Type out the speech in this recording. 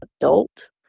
adult